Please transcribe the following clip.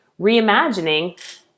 reimagining